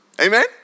Amen